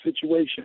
situation